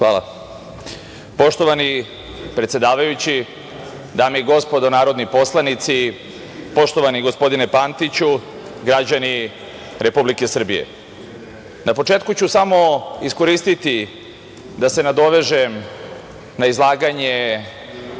Hvala. Poštovani predsedavajući, dame i gospodo narodni poslanici, poštovani gospodine Pantiću, građani Republike Srbije, na početku ću samo iskoristiti da se nadovežem na izlaganje